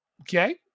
Okay